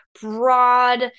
broad